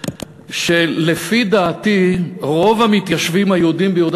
שלפי דעתי רוב המתיישבים היהודים ביהודה